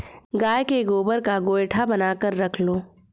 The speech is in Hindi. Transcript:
गाय के गोबर का गोएठा बनाकर रख लो